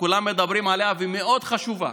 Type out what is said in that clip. שכולם מדברים עליה, והיא מאוד חשובה,